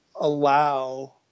allow